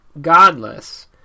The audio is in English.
Godless